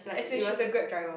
as in she's a Grab driver